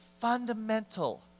fundamental